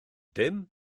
dim